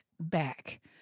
back